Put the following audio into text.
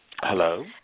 Hello